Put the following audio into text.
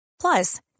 Plus